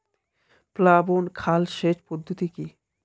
প্লাবন খাল সেচ পদ্ধতি কি?